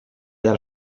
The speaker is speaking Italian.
dal